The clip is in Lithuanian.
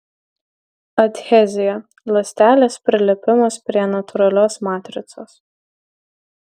adhezija ląstelės prilipimas prie natūralios matricos